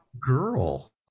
girl